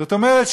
זאת אומרת,